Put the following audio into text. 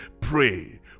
Pray